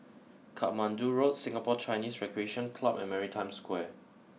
Katmandu Road Singapore Chinese Recreation Club and Maritime Square